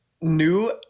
New